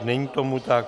Není tomu tak.